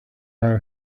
now